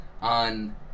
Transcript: on